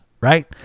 right